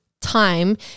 time